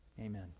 Amen